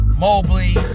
Mobley